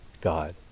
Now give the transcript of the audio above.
God